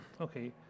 okay